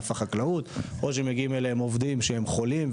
החקלאות או שמגיעים אליהם עובדים שהם בכלל אנשים חולים,